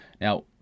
Now